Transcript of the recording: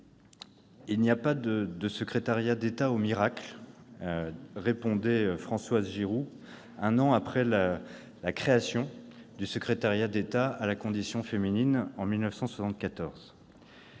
« Il n'y a pas de secrétariat d'État aux miracles » disait Françoise Giroud un an après la création du secrétariat d'État à la condition féminine en 1974.